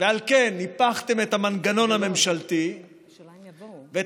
ועל כן ניפחתם את המנגנון הממשלתי ואת